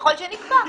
ככל שנקבע.